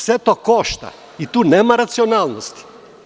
Sve to košta i tu nema racionalnosti.